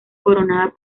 coronada